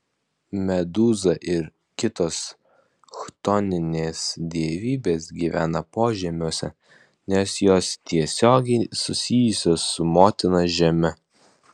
medūza ir kitos chtoninės dievybės gyvena požemiuose nes jos tiesiogiai susijusios su motina žeme